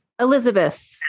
Elizabeth